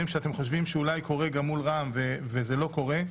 שאתם חושבים שאולי קורים מול רע"ם שלא קורים.